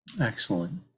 excellent